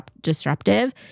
disruptive